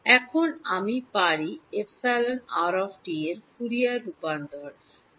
এখন আমি পারি εr এর ফুরিয়ার রূপান্তর পান